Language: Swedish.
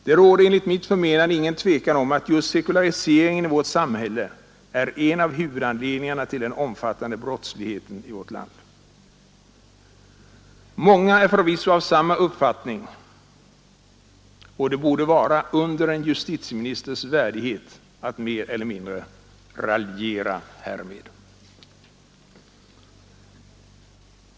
Det råder enligt mitt förmenande ingen tvekan om att just sekulariseringen i vårt samhälle är en av huvudanledningarna till den omfattande brottsligheten i vårt land. Många är förvisso av samma uppfattning, och det borde vara under en justitieministers värdighet att mer eller mindre raljera härmed.